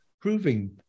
proving